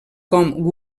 com